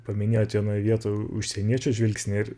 paminėjot vienoj vietoj užsieniečio žvilgsnį ir